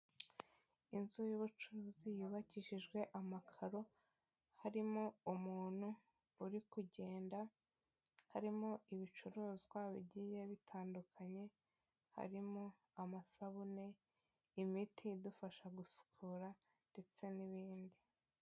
Inzu y'ubucuruzi yubakishijwe amakaro harimo umuntu uri kugenda harimo ibicuruzwa bigiye bitandukanye, harimo amasabune, imiti idufasha gusukura, ndetse n'ibindi.